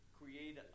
create